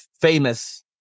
famous